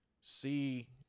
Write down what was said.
see